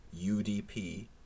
UDP